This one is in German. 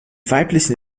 weiblichen